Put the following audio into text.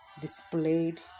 displayed